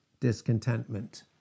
Discontentment